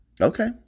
Okay